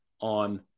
on